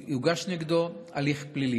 ייפתח נגדו הליך פלילי.